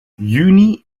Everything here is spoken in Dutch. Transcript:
juni